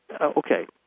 Okay